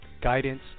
guidance